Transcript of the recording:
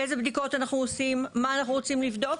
איזה מבדיקות אנחנו עושים, מה אנחנו רוצים לבדוק.